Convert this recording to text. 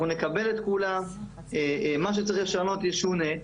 אנחנו נקבל את כולן ומה שצריך לשנות - ישונה.